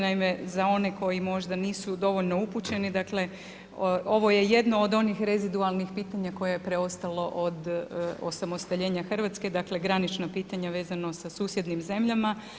Naime, za one koji možda nisu dovoljno upućeni, dakle, ovo je jedno od onih rezidualnih pitanja koje je preostalo od osamostaljenja Hrvatske, dakle, granična pitanja, vezano sa susjednim zemljama.